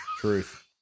truth